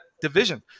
division